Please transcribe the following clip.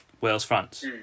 Wales-France